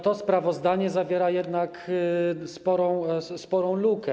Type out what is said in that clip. To sprawozdanie zawiera jednak sporą lukę.